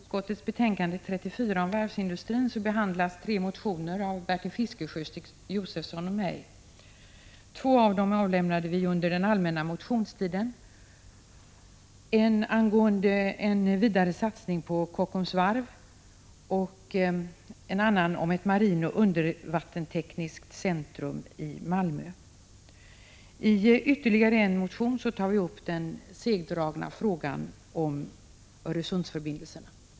Herr talman! I näringsutskottets betänkande 34 om varvsindustrin behandlas tre motioner av Bertil Fiskesjö, Stig Josefson och mig. Två av dem avlämnades under allmänna motionstiden. En av dessa gäller en vidare satsning på Kockums varv, en annan gäller ett marinoch undervattenstekniskt centrum i Malmö. I den tredje motionen tar vi upp den segdragna frågan om Öresundsförbindelserna.